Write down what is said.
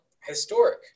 Historic